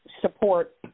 support